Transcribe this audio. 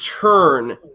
turn